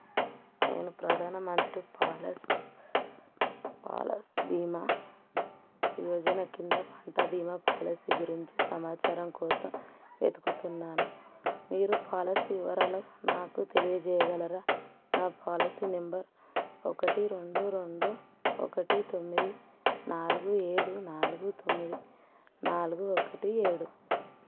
నేను ప్రధాన మంత్రి ఫసల్ బీమా యోజన కింద పంట బీమా పాలసీ గురించి సమాచారం కోసం వెతుకుతున్నాను మీరు పాలసీ వివరాలు నాకు తెలియజేయగలరా నా పాలసీ నెంబర్ ఒకటి రెండు రెండు ఒకటి తొమ్మిది నాలుగు ఏడు నాలుగు తొమ్మిది నాలుగు ఒకటి ఏడు